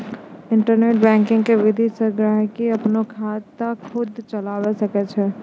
internet banking के विधि से गहकि अपनो खाता खुद चलावै सकै छै